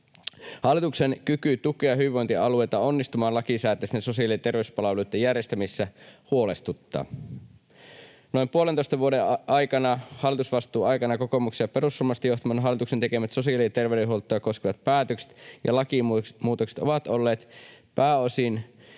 Hallituksen kyky tukea hyvinvointialueita onnistumaan lakisääteisten sosiaali‑ ja terveyspalveluiden järjestämisessä huolestuttaa. Noin puolentoista vuoden hallitusvastuun aikana kokoomuksen ja perussuomalaisten johtaman hallituksen tekemät sosiaali‑ ja terveydenhuoltoa koskevat päätökset ja lakimuutokset ovat olleet pääosin